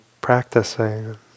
practicing